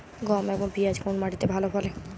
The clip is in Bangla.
গম এবং পিয়াজ কোন মাটি তে ভালো ফলে?